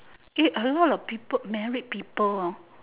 eh a lot of people married people hor